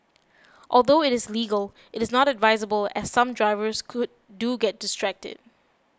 although it is legal is not advisable as some drivers could do get distracted